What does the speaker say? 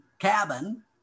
cabin